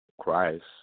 Christ